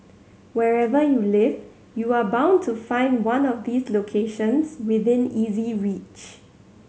wherever you live you are bound to find one of these locations within easy reach